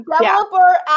Developer